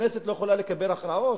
הכנסת לא יכולה לקבל הכרעות?